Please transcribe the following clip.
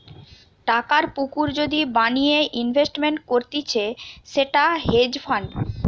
টাকার পুকুর যদি বানিয়ে ইনভেস্টমেন্ট করতিছে সেটা হেজ ফান্ড